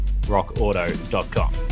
rockauto.com